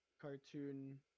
cartoon